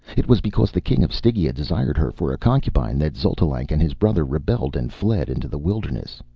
it was because the king of stygia desired her for a concubine that xotalanc and his brother rebelled and fled into the wilderness.